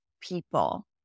people